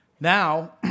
Now